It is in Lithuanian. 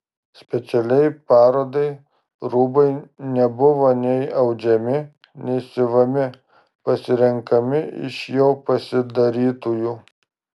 specialiai parodai rūbai nebuvo nei audžiami nei siuvami pasirenkami iš jau pasidarytųjų